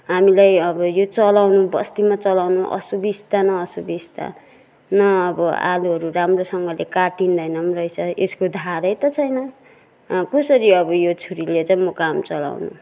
हामीलाई अब यो चलाउनु बस्तीमा चलाउनु असुविस्ता न असुविस्ता न अब आलुहरू राम्रोसँगले काटिँदैन पनि रहेछ यसको धारै त छैन कसरी अब यो छुरीले चाहिँ म काम चलाउनु